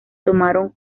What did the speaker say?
tomaron